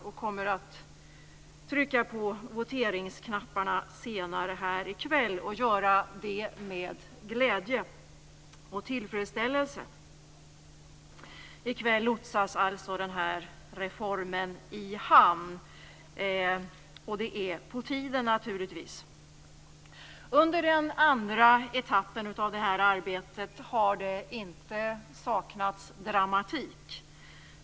Vi kommer att trycka på voteringsknapparna senare här i kväll och göra det med glädje och tillfredsställelse. I kväll lotsas alltså den här reformen i hamn, och det är naturligtvis på tiden. Under den andra etappen av arbetet har det inte saknats dramatik.